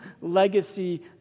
legacy